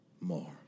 more